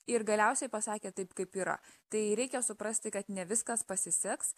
ir galiausiai pasakė taip kaip yra tai reikia suprasti kad ne viskas pasiseks